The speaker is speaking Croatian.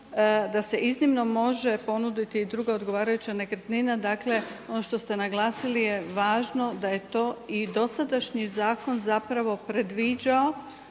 da se iznimno može ponuditi i druga odgovarajuća nekretnina, dakle ono što ste naglasili je važno da je to i dosadašnji zakon zapravo predviđao